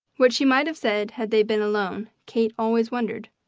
what she might have said had they been alone, kate always wondered.